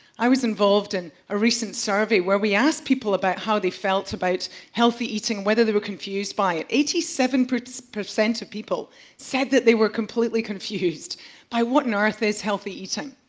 i was involved in a recent survey where we asked people about how they felt about healthy eating whether they were confused by it. eighty seven percent of people said that they were completely confused by what on earth is healthy eating.